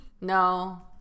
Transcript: No